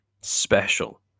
special